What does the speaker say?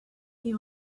you